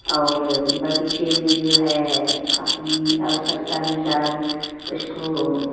और बगीचे में जो है अपनी आवश्यकता अनुसार उसको